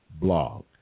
blog